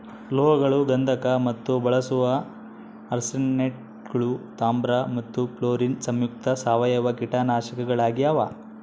ಲೋಹಗಳು ಗಂಧಕ ಮತ್ತು ಬಳಸುವ ಆರ್ಸೆನೇಟ್ಗಳು ತಾಮ್ರ ಮತ್ತು ಫ್ಲೋರಿನ್ ಸಂಯುಕ್ತ ಸಾವಯವ ಕೀಟನಾಶಕಗಳಾಗ್ಯಾವ